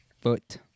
foot